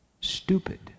Stupid